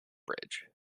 bridge